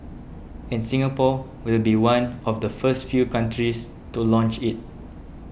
and Singapore will be one of the first few countries to launch it